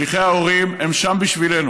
שליחי ההורים, והם שם בשבילנו.